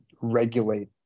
Regulate